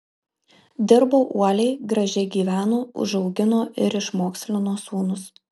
dirbo uoliai gražiai gyveno užaugino ir išmokslino sūnus